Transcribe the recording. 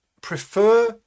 prefer